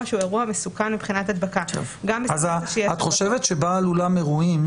שהוא אירוע מסוכן מבחינת הדבקה --- את חושבת שבעל אולם אירועים,